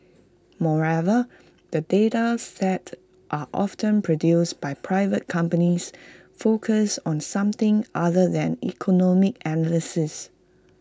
moreover the data sets are often produced by private companies focused on something other than economic analysis